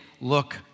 look